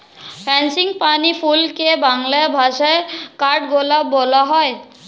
frangipani ফুলকে বাংলা ভাষায় কাঠগোলাপ বলা হয়